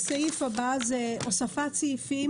תקראי בבקשה רק את סעיף